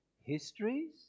histories